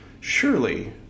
Surely